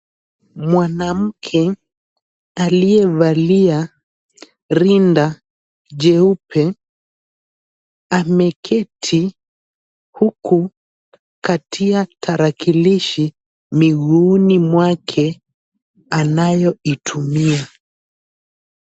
Mwanamke aliyevalia rinda jeupe ameketi, huku katia tarakilishi miguuni mwake anayoitumia.